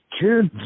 kids